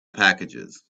packages